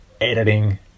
editing